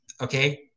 okay